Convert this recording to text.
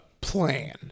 plan